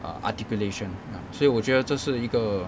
err articulation ya 所以我觉得这是一个